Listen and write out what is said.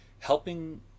helping